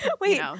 wait